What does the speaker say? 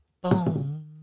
Boom